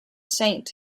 saint